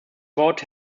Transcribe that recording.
wort